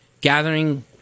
gathering